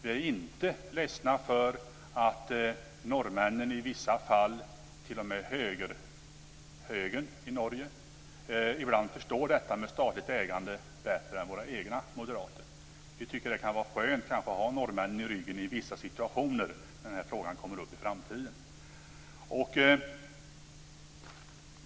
Vi är inte ledsna för att norrmännen - i vissa fall t.o.m. högern i Norge - förstår det här med statligt ägande bättre än moderaterna i Sverige. Vi tycker att det kanske kan vara skönt att ha norrmännen i ryggen i vissa situationer när frågan i framtiden kommer upp.